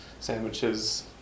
Sandwiches